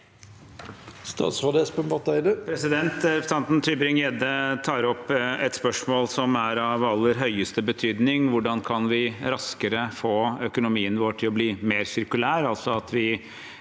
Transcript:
Representan- ten Tybring-Gjedde tar opp et spørsmål som er av aller høyeste betydning: Hvordan kan vi raskere få økonomien vår til å bli mer sirkulær,